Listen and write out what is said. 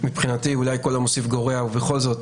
ומבחינתי אולי כל המוסיף גורע, ובכל זאת